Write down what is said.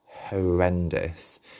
horrendous